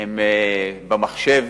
הם במחשב,